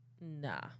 Nah